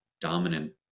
dominant